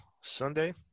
Sunday